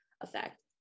effect